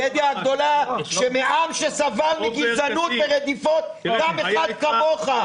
שמעם שסבל מגזענות ורדיפות קם אחד כמוך.